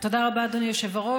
תודה רבה, אדוני היושב-ראש.